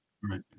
Right